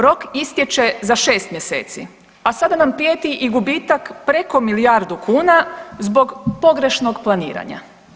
Rok istječe za 6 mjeseci, a sada nam prijeti i gubitak preko milijardu kuna zbog pogrešnog planiranja.